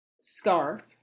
scarf